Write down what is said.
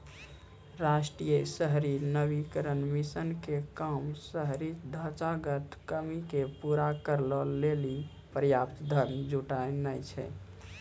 राष्ट्रीय शहरी नवीकरण मिशन के काम शहरी ढांचागत कमी के पूरा करै लेली पर्याप्त धन जुटानाय छै